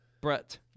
Brett